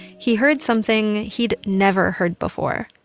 he heard something he'd never heard before.